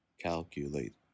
calculate